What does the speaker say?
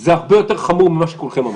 זה הרבה יותר חמור ממה שכולכם אמרתם.